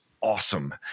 awesome